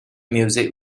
music